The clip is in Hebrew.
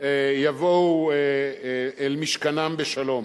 יבואו אל משכנם בשלום.